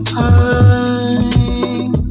time